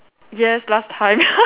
yes last time